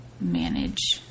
manage